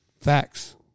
Facts